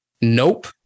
Nope